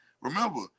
Remember